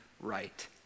right